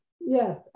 Yes